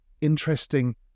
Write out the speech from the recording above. interesting